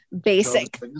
basic